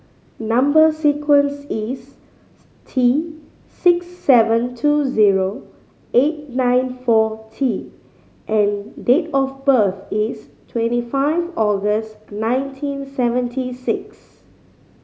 number sequence is T six seven two zero eight nine four T and date of birth is twenty five August nineteen seventy six